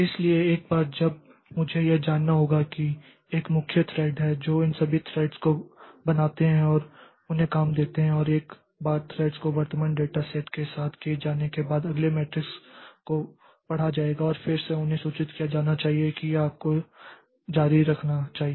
इसलिए एक बार जब मुझे यह जानना होगा कि एक मुख्य थ्रेड् है जो इन सभी थ्रेड्स को बनाते हैं और उन्हें काम देते हैं और एक बार थ्रेड्स को वर्तमान डेटा सेट के साथ किए जाने के बाद अगले मैट्रिक्स को पढ़ा जाएगा और फिर से उन्हें सूचित किया जाना चाहिए कि अब आपको जारी रखना चाहिए